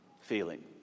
feeling